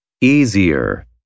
Easier